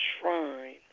shrine